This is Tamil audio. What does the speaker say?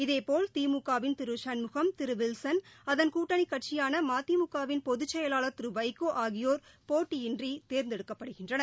இதேபோல்திமுக வின் திருசண்முகம் திருவில்சன் அதன் கூட்டணிகட்சியாளமதிமுக வின் பொதுச் செயலாளர் திருவைகோஆகியோர் போட்டியின்றிதேர்ந்தெடுக்கப்படுகின்றனர்